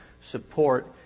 support